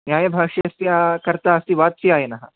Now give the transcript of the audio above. न्यायभाष्यस्य कर्ता अस्ति वात्स्यायनः